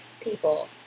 people